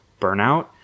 burnout